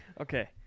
Okay